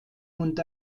und